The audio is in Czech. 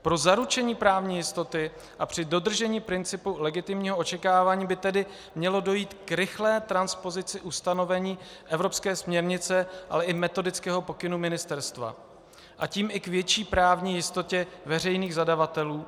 Pro zaručení právní jistoty a při dodržení principu legitimního očekávání by tedy mělo dojít k rychlé transpozici ustanovení evropské směrnice, ale i metodického pokynu ministerstva, a tím i k větší právní jistotě veřejných zadavatelů.